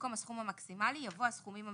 במקום "הסכום המקסימלי" יבוא "הסכומים המרביים".